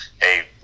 hey